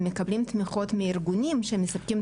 הם מקבלים תמיכות מארגונים שמספקים את השירות.